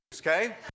okay